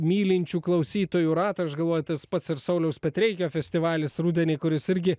mylinčių klausytojų ratą aš galvoju tas pats ir sauliaus petreikio festivalis rudenį kuris irgi